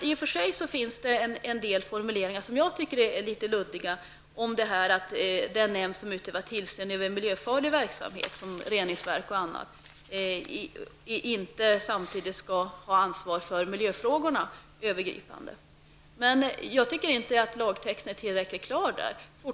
I och för sig finns det en del formuleringar, som jag anser är litet luddiga, om att den nämnd som utövar tillsyn över miljöfarlig verksamhet, t.ex. reningsverk och annat, inte samtidigt skall ha ansvar för miljöfrågorna övergripande. Men jag tycker inte att lagtexten är tillräckligt klar i fråga om detta.